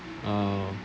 um